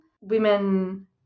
women